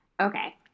Okay